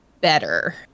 better